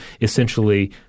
essentially